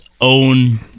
own